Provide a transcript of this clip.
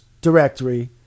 directory